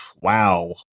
wow